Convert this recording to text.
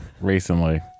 Recently